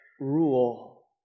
rule